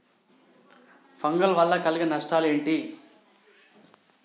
Fungal వల్ల కలిగే నష్టలేంటి?